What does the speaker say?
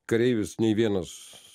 kareivis nei vienas